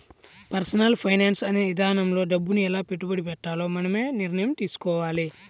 personal finance అనే ఇదానంలో డబ్బుని ఎలా పెట్టుబడి పెట్టాలో మనమే నిర్ణయం తీసుకోవాలి